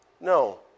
No